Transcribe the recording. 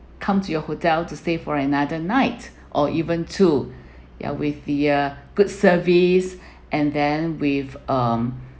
come to your hotel to stay for another night or even two ya with the uh good service and then with um